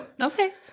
Okay